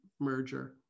merger